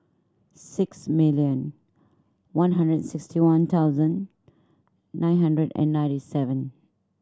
six million one hundred and sixty one thousand nine hundred and ninety seven